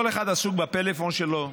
כל אחד עסוק בפלאפון שלו,